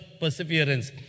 perseverance